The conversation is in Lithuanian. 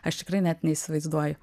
aš tikrai net neįsivaizduoju